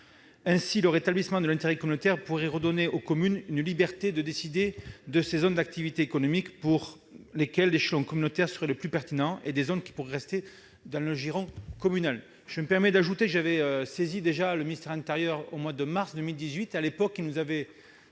Ainsi, le rétablissement de l'intérêt communautaire pourrait redonner aux communes une liberté de décider des zones d'activités économiques pour lesquelles l'échelon communautaire serait le plus pertinent et de celles qui pourraient rester dans le giron communal. J'ajoute que j'avais déjà saisi déjà le ministre de l'intérieur en mars 2018 à ce sujet ; il m'avait